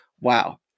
Wow